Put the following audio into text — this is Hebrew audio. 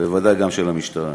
ובוודאי של המשטרה.